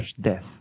death